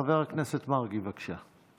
חבר הכנסת מרגי, בבקשה.